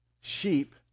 sheep